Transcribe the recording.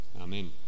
Amen